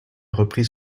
repris